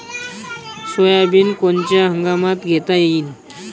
Soybean कोनच्या हंगामात घेता येईन?